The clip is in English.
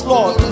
Lord